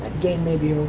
game may be